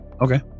okay